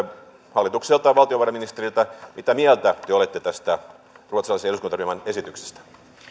hallitukselta valtiovarainministeriltä mitä mieltä te te olette tästä ruotsalaisen eduskuntaryhmän esityksestä